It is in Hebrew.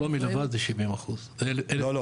שלומי לבד זה 70%. לא,